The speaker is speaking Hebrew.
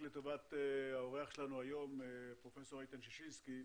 לטובת האורח שלנו היום, פרופ' איתן ששינסקי,